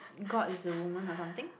god is a woman or something